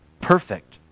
perfect